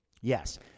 Yes